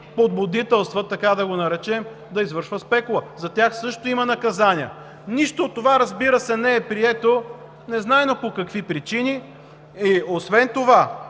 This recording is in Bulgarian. подбудителстват, така да го наречем, да извършва спекула. За тях също има наказания. Нищо от това, разбира се, не е прието незнайно по какви причини. Освен това